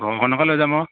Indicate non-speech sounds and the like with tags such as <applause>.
<unintelligible>